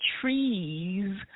trees